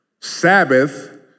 Sabbath